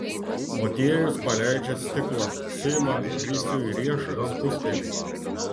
motiejus paleidžia stiklą suima krisiui riešą spusteli